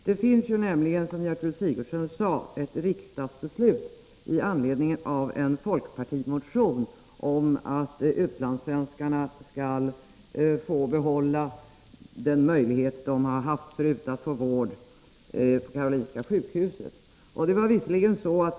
Det finns nämligen, som Gertrud Sigurdsen sade, ett riksdagsbeslut med anledning av en folkpartimotion om att utlandssvenskarna skall få behålla den möjlighet till vård på Karolinska sjukhuset som de har haft förut.